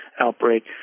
outbreak